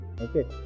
Okay